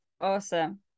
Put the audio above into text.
awesome